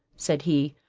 said he,